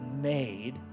made